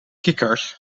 kikkers